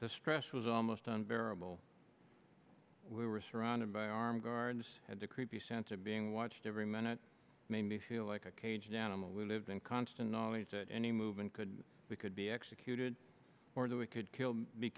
the stress was almost unbearable we were surrounded by armed guards had a creepy sense of being watched every minute made me feel like a caged animal lived in constant knowledge that any movement could be could be executed or that we could kill be